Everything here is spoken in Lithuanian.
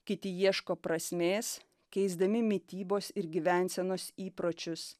kiti ieško prasmės keisdami mitybos ir gyvensenos įpročius